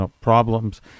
problems